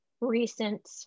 recent